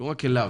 לא רק אליו,